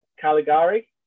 Caligari